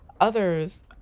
others